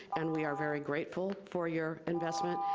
and we are very grateful for your investment,